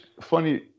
funny